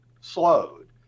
slowed